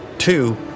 Two